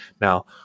now